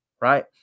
Right